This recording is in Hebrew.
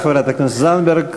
תודה לחברת הכנסת זנדברג.